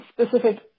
specific